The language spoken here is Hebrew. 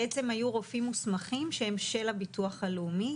בעצם היו רופאים מוסמכים שהם של הביטוח הלאומי.